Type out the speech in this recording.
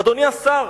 אדוני השר,